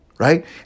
Right